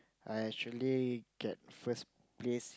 I actually get first place